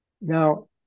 Now